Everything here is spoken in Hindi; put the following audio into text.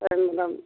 और मैडम